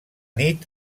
nit